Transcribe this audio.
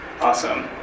Awesome